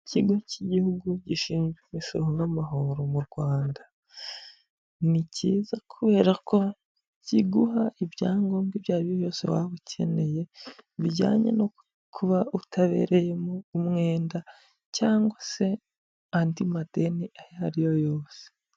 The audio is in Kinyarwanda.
Ikigo cy'igihugu gishinzwe imisoro n'amahoro mu Rwanda, ni cyiza kubera ko kiguha ibyangombwa ibyo ariyo byose waba ukeneye bijyanye no kuba utabereyemo umwenda cyangwa se andi madeni ayo ariyo yose.